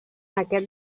aquest